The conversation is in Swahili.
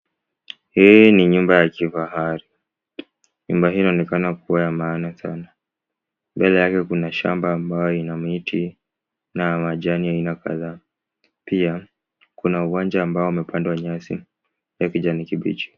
Hii ni nyumba ya kifahari. Nyumba hii inaonekana kuwa ya maana sana. Mbele yake kuna shamba ambayo ina miti na majani ya aina kadhaa. Pia, kuna uwanja ambao umepandwa nyasi ya kijani kibichi.